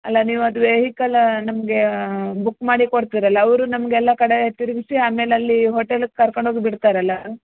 ಅಲ್ಲ ನೀವು ಅದು ವೆಹಿಕಲ ನಮಗೆ ಬುಕ್ ಮಾಡಿಕೊಡ್ತೀರಲ್ಲಾ ಅವರು ನಮ್ಗೆ ಎಲ್ಲ ಕಡೆ ತಿರುಗಿಸಿ ಆಮೇಲೆ ಅಲ್ಲಿ ಹೋಟೇಲಿಗೆ ಕರ್ಕೊಂಡೋಗಿ ಬಿಡ್ತಾರಲ್ಲಾ